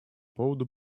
поводу